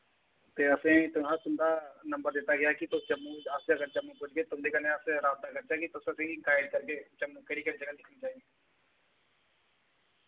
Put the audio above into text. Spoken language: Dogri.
ते असें जनाब तुं'दा नंबर दित्ता गेआ कि तुस जम्मू अस अगर जम्मू पुजगे तुं'दे कन्नै अस राबता करचै कि तुस असें गी गाइड करगे जम्मू केह्ड़ी केह्ड़ी ज'गा दिक्खी सकदे